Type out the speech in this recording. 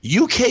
UK